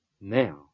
Now